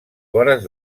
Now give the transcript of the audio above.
vores